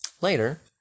later